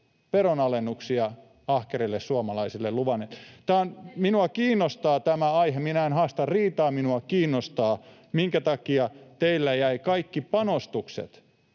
veronalennuksia ahkerille suomalaisille. [Sanna Antikaisen välihuuto] Minua kiinnostaa tämä aihe. Minä en haasta riitaa. Minua kiinnostaa, minkä takia teillä jäi kaikki panostukset